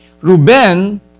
Reuben